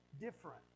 different